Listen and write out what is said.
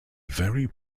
very